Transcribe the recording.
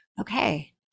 okay